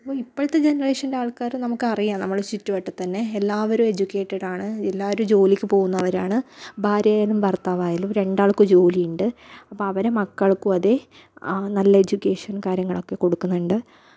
അപ്പോൾ ഇപ്പോഴത്തെ ജനറേഷനിലെ ആൾക്കാർ നമുക്കറിയാം നമ്മളെ ചുറ്റുവട്ടത്തുതന്നെ എല്ലാവരും എജ്യുക്കേറ്റഡ് ആണ് എല്ലാവരും ജോലിക്ക് പോവുന്നവരാണ് ഭാര്യ ആയാലും ഭർത്താവായാലും രണ്ടാൾക്കും ജോലിയുണ്ട് അപ്പോൾ അവരെ മക്കൾക്കും അതെ നല്ല എജ്യുക്കേഷൻ കാര്യങ്ങളൊക്കെ കൊടുക്കുന്നുണ്ട്